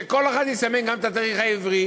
שכל אחד יסמן גם את התאריך העברי.